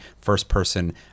first-person